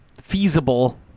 feasible